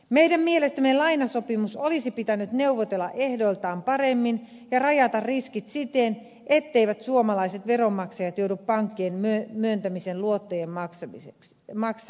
meidän mielestämme lainasopimus olisi pitänyt neuvotella ehdoiltaan paremmin ja rajata riskit siten etteivät suomalaiset veronmaksajat joudu pankkien myöntämien luottojen maksajiksi